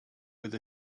with